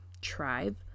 tribe